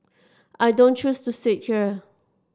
I don't choose to sit here